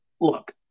look